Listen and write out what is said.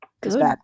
Good